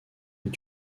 est